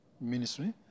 ministry